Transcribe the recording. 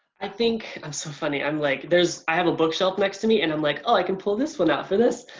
i think, i'm so funny, i'm like there's. i have a bookshelf next to me and i'm like oh i can pull this one out for this.